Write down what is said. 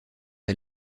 est